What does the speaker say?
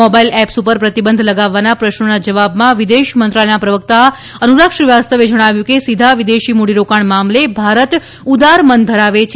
mobile apps પર પ્રતિબંધ લગાવવાના પ્રશ્નના જવાબમાં વિદેશ મંત્રાલયના પ્રવક્તા અનુરાગ શ્રી વાસ્તવે જણાવ્યું કે સીધા વિદેશી મૂડી રોકાણ મામલે ભારત ઉદાર મન ધરાવે છે